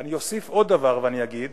ואני אוסיף עוד דבר ואני אגיד,